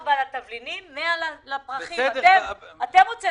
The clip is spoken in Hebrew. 24 מיליון שקל לתבלינים ו-100 מיליון שקל לפרחים.